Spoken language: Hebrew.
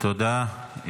תודה.